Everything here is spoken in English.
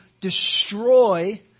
destroy